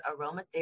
aromatherapy